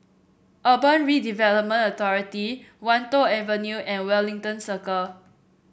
Urban Redevelopment Authority Wan Tho Avenue and Wellington Circle